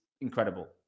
incredible